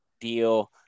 deal